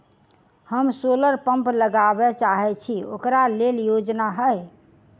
हम solar pump लगाबै चाहय छी ओकरा लेल योजना हय?